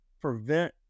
prevent